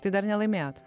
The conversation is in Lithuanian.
tai dar nelaimėjot